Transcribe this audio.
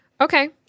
Okay